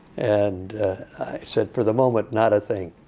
and i said, for the moment not a thing.